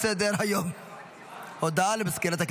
נתקבלה.